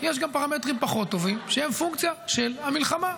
יש גם פרמטרים פחות טובים שהם פונקציה של המלחמה,